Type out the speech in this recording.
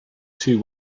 two